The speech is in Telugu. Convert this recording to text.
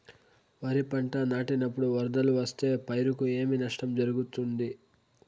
వరిపంట నాటినపుడు వరదలు వస్తే పైరుకు ఏమి నష్టం జరుగుతుంది?